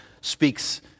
speaks